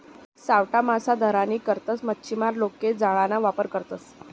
सावठा मासा धरानी करता मच्छीमार लोके जाळाना वापर करतसं